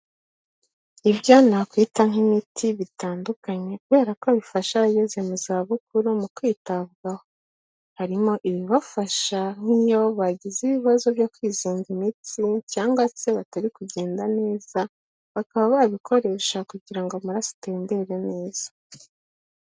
Ibyo nakwita nk'imiti bitandukanye kubera ko bifasha abageze mu zabukuru mu kwitabwaho. Harimo ibibafasha nk'iyo bagize ibibazo byo kwizinga imitsi cyangwa se batari kugenda neza, bakaba babikoresha kugira ngo amaraso atembere neza.